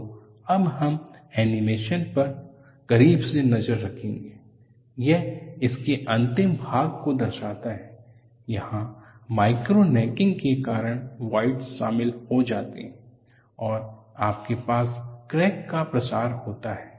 तो अब हम एनीमेशन पर करीब से नज़र रखेंगे यह इसके अंतिम भाग को दर्शाता है जहां माइक्रो नेकिंग के कारण वॉइडस शामिल हो जाते हैंऔर आपके पास क्रैक का प्रसार होता है